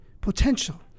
potential